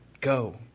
Go